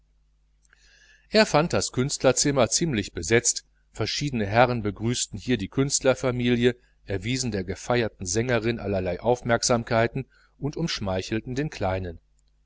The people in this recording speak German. er fand das künstlerzimmer ziemlich besetzt verschiedene herrn begrüßten hier die künstlerfamilie erwiesen der gefeierten sängerin allerlei aufmerksamkeiten und umschmeichelten den kleinen